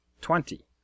Twenty